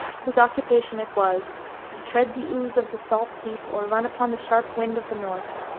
whose occupation it was to tread the ooze of the salt deep, or run upon the sharp wind of the north.